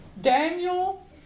Daniel